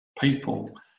people